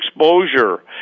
exposure –